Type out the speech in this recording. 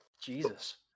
Jesus